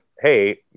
hey